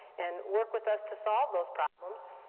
and work with us to solve those problems,